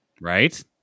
Right